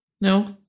No